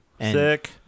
Sick